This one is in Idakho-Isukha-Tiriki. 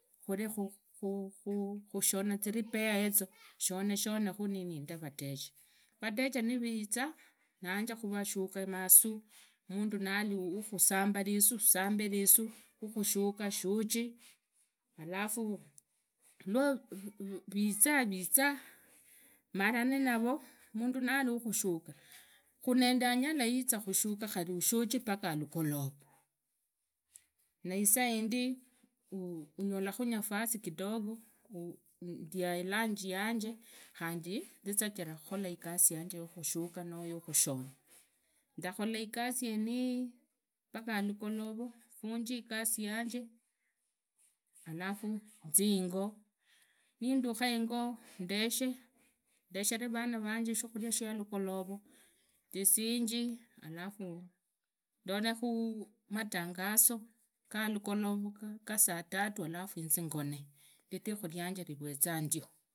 Khorekhu khushona zirepair yezo shone khu nininda vateja. Vateja niriiza vanje khuvashuka masau, mundu nali wakhusamba lisuu sambe lisuu wakhushuka shuji. Alafu lwa riza riza marane navo mindu navi wakushuka khurinandunyala yiza khushuka khundi ushuje paka alugolova naisaindi nyolakhu nafasi yanje kidogo ndia ilanyi yanje khandi zizajire khukhola igasi yanje, yukhushuka noo yukhushona nda khola igasi yenishi paka alugolova vana vanje shukhuria sha alugolora ndishinje alafu ndolekhu matangazo galagolova gasatutu alafu inzi ngone ridhikhu rianje riweza ndio.